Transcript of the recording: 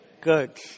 Good